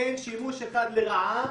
אין שימוש אחד לרעה